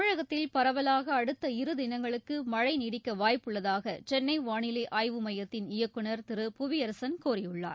தமிழகத்தில் பரவலாக அடுத்த இருதினங்களுக்கு மழை நீடிக்க வாய்ப்புள்ளதாக சென்னை வானிலை ஆய்வு மையத்தின் இயக்குநர் திரு புவியரசன் கூறியுள்ளார்